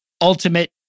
ultimate